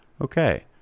Okay